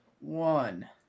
one